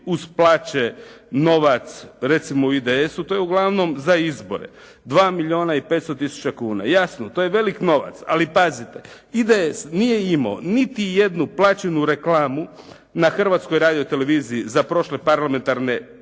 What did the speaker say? uz plaće novac recimo u IDS-u? To je uglavnom za izbore, 2 milijuna i 500 tisuća kuna. Jasno, to je veliki novac. Ali pazite, IDS nije imao niti jednu plaćenu reklamu na Hrvatskoj radio-televiziji za prošle parlamentarne